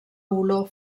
olor